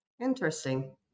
Interesting